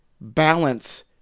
balance